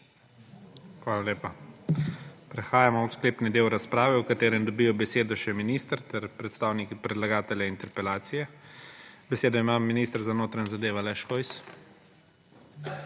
Hvala lepa. Prehajamo v sklepni del razprave, v katerem dobijo besedo še minister ter predstavniki predlagatelja interpelacije. Besedo ima minister za notranje zadeve Aleš Hojs.